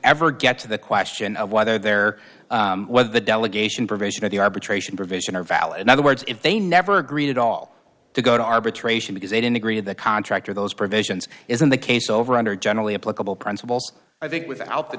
ever get to the question of whether there whether the delegation provision of the arbitration provision are valid in other words if they never agreed at all to go to arbitration because they didn't agree with the contractor those provisions isn't the case over under generally applicable principles i think without the